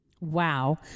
Wow